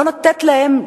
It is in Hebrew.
לא נותנת להם,